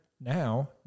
now